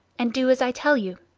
and do as i tell you.